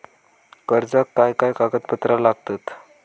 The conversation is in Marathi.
कर्जाक काय काय कागदपत्रा लागतत?